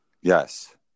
Yes